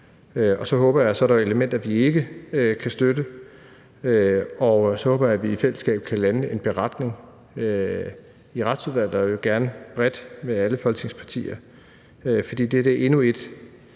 Og så er der elementer, som vi ikke kan støtte. Og så håber jeg, at vi i fællesskab kan lande en beretning i Retsudvalget, gerne bredt med alle Folketingets partier, for det her er endnu et